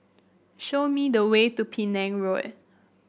show me the way to Penang Road